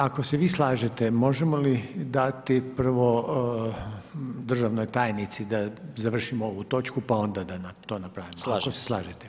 Ako se vi slažete možemo li dati prvo državnoj tajnici da završimo ovu točku pa onda da to napravimo, ako se slažete?